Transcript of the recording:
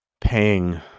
paying